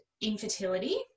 infertility